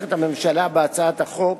הממשלה תומכת בהצעת החוק,